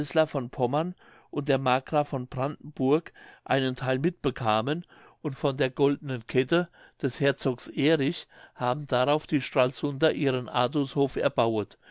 von pommern und der markgraf von brandenburg einen theil mitbekamen und von der goldenen kette des herzogs erich haben darauf die stralsunder ihren artushof erbauet